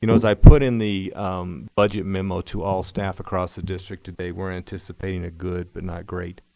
you know as i put in the budget memo to all staff across the district today, we're anticipating a good, but not great,